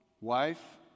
wife